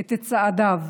את צעדיו,